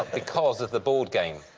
because of the board game.